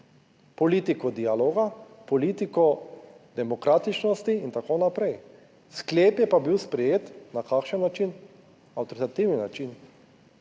politiko dialoga, politiko demokratičnosti in tako naprej, sklep je pa bil sprejet, na kakšen način, avtoritativni način,